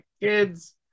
kids